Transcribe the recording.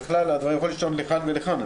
זה יכול להשתנות לכאן או לכאן.